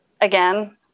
again